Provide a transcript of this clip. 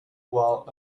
while